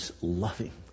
loving